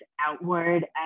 outward